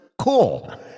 cool